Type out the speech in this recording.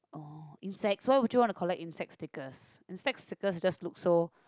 oh insects so would you want to collect insect stickers insect stickers just look so